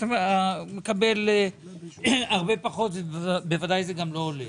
אתה מקבל הרבה פחות ובוודאי זה גם לא עולה.